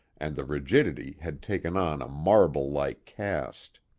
and the rigidity had taken on a marble-like cast.